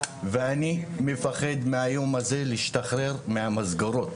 ואני מפחד מהיום הזה להשתחרר מהמסגרות.